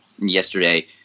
yesterday